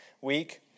week